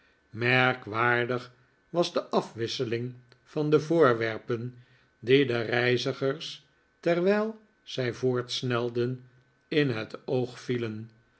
merkwaardig was de afwisseling van de voorwerpen die de reizigers terwijl zij voortsnelden in het oog vielen